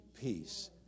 peace